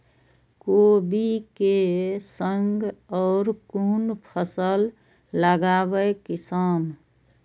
कोबी कै संग और कुन फसल लगावे किसान?